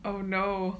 oh no